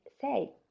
say